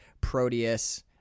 Proteus